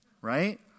Right